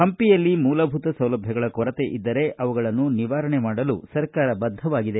ಹಂಪಿಯಲ್ಲಿ ಮೂಲಭೂತ ಸೌಲಭ್ಯಗಳ ಕೊರತೆ ಇದ್ದರೆ ಅವುಗಳನ್ನು ನಿವಾರಣೆ ಮಾಡಲು ಸರ್ಕಾರ ಬದ್ದವಾಗಿದೆ